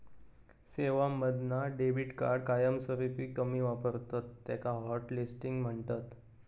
सेवांमधना debit card कायमस्वरूपी कमी वापरतत त्याका हॉटलिस्टिंग म्हणतत